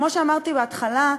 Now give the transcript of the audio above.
כמו שאמרתי בהתחלה,